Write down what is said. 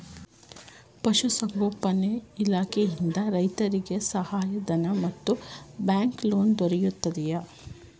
ಪಶು ಸಂಗೋಪನಾ ಇಲಾಖೆಯಿಂದ ರೈತರಿಗೆ ಸಹಾಯ ಧನ ಮತ್ತು ಬ್ಯಾಂಕ್ ಲೋನ್ ದೊರೆಯುತ್ತಿದೆಯೇ?